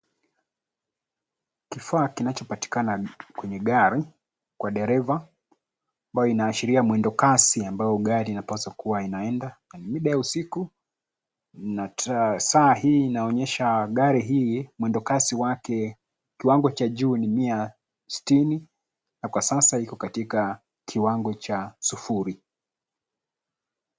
Kifaa kinachopatikana kwenye gari, kwa dereva, ambayo inaashiria mwendo kasi ambayo gari inapaswa kuwa inaenda na ni mida ya usiku na saa hii inaonyesha gari hii mwendo kasi wake kiwango cha juu ni mia sitini na kwa sasa iko katika kiwango cha sufuri.